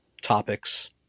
topics